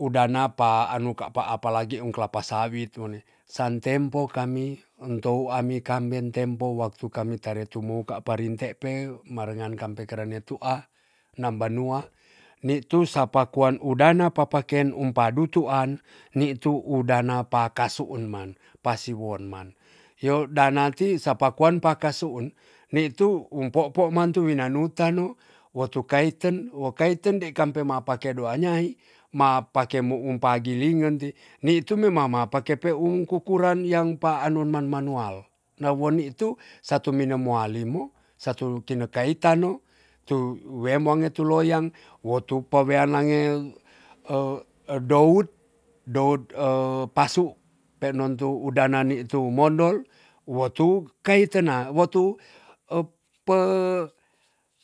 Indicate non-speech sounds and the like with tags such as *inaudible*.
udana pa anu kapa aplagi un kelapa sawit weni. san tempo kami un tou ami kam ben tempo waktu kami tare tumo kapa rinte pe, marengan kampe kerene tu'a nam banua, ni tu sapa kuan udana papaken umpadutuan ni tu udana pakasuun man pasiwon man. yo dana ti sapa kuan pakasuun ni tu um poo'po man tu winanuta nu wotu kaiten wo kaiten dei kampe mapake duanyai mapake mo um pagilingin ti, ni tu mema ma pake um kukuran yang pa anun man manual. no wo nitu satu mine muali mu satu tinekaitannu tu wemonge tu loyang wo tu pawean mang *hesitation* dout dout *hesitation* pasu peendon tu udana ni tu mondoi wotu kaitena wotu *hesitation* pe